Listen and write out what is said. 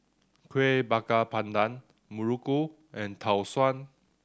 Kueh Bakar Pandan Muruku and Tau Suan